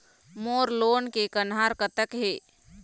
मोर loan के कन्हार कतक हे?